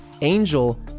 Angel